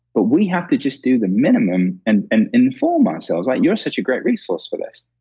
but we have to just do the minimum and and inform ourselves like, you're such a great resource for this,